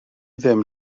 ddim